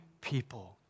people